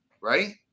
right